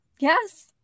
Yes